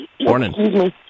Morning